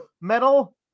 metal